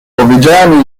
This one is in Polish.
powiedziałem